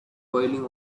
boiling